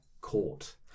court